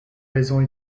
raisons